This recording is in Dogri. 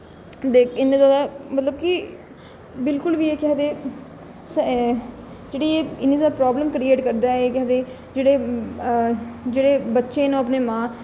दे इन्ने ज्यादा मतलब कि बिल्कुल बी एह् केह् आखदे जेह्ड़ी एह् इन्नी ज्यादा प्राब्लम करिएट करदा एह् के आखदे जेह्ड़े जेह्ड़े बच्चे न ओह् अपने मां